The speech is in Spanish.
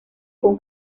con